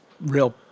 real